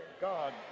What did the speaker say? God